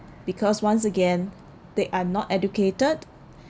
because once again they are not educated